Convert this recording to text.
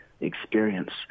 experience